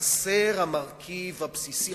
חסר המרכיב הבסיסי,